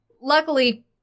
Luckily